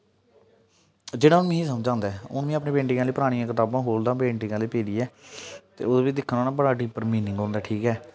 जेह्ड़ा मिगी समझ आंदा ऐ हून में अपने पेंटिंग आह्लियां परानियां कताबां खो'ल्लदा पेंटिंग आह्ली पेदी ऐ ओह्दे बिच दिक्खना होना बड़ा डिपर मिनिंग होंदा ठीक ऐ